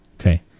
Okay